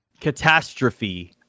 catastrophe